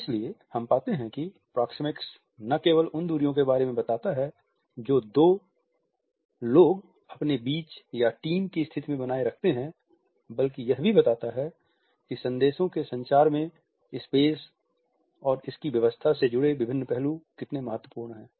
इसलिए हम पाते हैं कि प्रॉक्सिमिक्स न केवल उन दूरियों के बारे में बताता है जो दो लोग अपने बीच या टीम की स्थितियों में बनाए रखते हैं बल्कि यह भी बताता हैं कि संदेशों के संचार में स्पेस और इसकी व्यवस्था से जुड़े विभिन्न पहलू कितने महत्वपूर्ण हैं